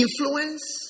influence